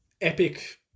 epic